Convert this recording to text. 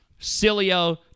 Cilio